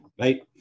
right